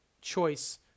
choice